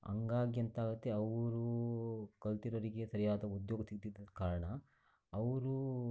ಹಾಗಾಗಿ ಎಂಥಾಗುತ್ತೆ ಅವರು ಕಲಿತಿರೋರಿಗೆ ಸರಿಯಾದ ಉದ್ಯೋಗ ಸಿಗದಿದ್ದ ಕಾರಣ ಅವರು